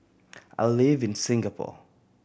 I live in Singapore